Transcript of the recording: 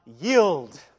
yield